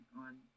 on